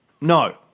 No